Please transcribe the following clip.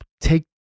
take